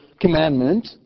commandment